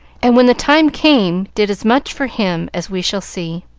and when the time came did as much for him, as we shall see.